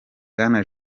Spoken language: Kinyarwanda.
bwana